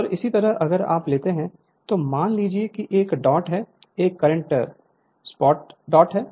और इसी तरह अगर आप लेते हैं तो मान लीजिए कि एक डॉट है यह कंडक्टर सपोस डॉट है